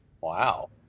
Wow